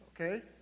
Okay